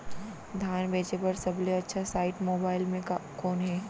धान बेचे बर सबले अच्छा साइट मोबाइल म कोन हे?